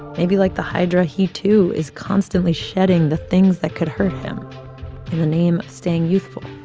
maybe, like the hydra, he, too, is constantly shedding the things that could hurt him in the name of staying youthful